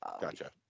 Gotcha